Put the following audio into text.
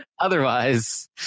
Otherwise